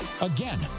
Again